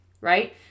right